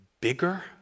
bigger